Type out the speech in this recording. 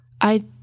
I